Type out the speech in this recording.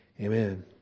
Amen